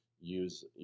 use